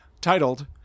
titled